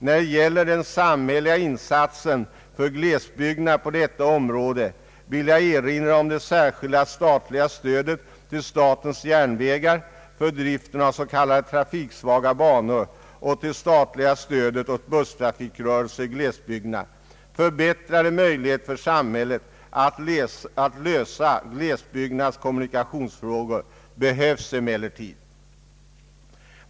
När det gäller den samhälleliga insatsen på detta område för glesbygderna vill jag erinra om det särskilda statliga stödet till statens järnvägar för driften av s.k. trafiksvaga banor och om det statliga stödet åt busstrafikrörelser i glesbygderna. Förbättrade möjligheter för samhället att lösa glesbygdernas kommunikationsfrågor behövs emellertid.